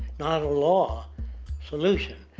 not a law. a solution.